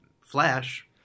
Flash